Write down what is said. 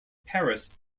paris